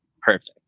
perfect